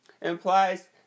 implies